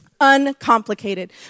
Uncomplicated